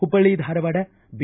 Hubballi Dharwad B